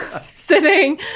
sitting